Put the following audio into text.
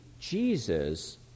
Jesus